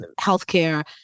healthcare